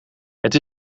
het